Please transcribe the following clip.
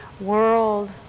world